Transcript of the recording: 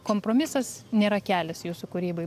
kompromisas nėra kelias jūsų kūrybai